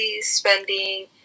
spending